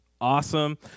awesome